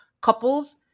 couples